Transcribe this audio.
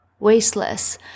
wasteless